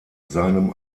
seinem